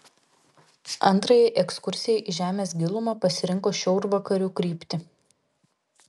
antrajai ekskursijai į žemės gilumą pasirinko šiaurvakarių kryptį